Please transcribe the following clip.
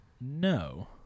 no